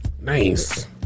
Nice